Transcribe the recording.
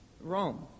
Rome